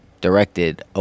directed